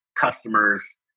customers